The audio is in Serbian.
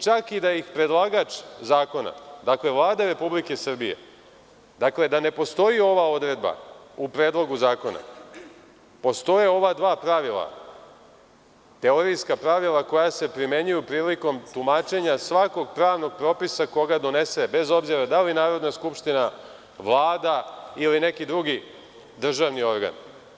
Čak i da ih predlagač zakona, dakle Vlada Republike Srbije, da ne postoji ova odredba u Predlogu zakona, postoje ova dva pravila, teorijska pravila koja se primenjuju prilikom tumačenja svakog pravnog propisa koga donese, bez obzira da li Narodna skupština, Vlada ili neki drugi državni organ.